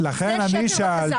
זה שקר וכזב.